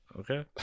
Okay